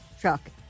truck